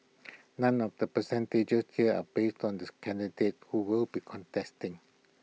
none of the percentages here are based on this candidates who will be contesting